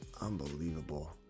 Unbelievable